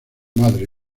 madre